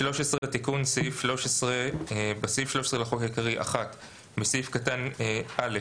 תיקון סעיף 13 13. בסעיף 13 לחוק העיקרי - (1)בסעיף קטן (א),